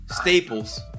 staples